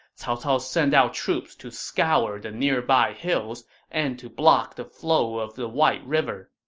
cao cao sent out troops to scour the nearby hills and to block the flow of the white river.